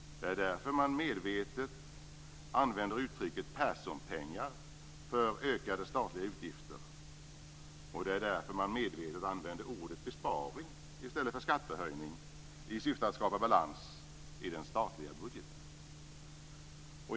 Det är därför man medvetet använder uttrycket "Perssonpengar" för ökade statliga utgifter, och det är därför man medvetet använder ordet "besparing" i stället för skattehöjning i syfte att skapa balans i den statliga budgeten.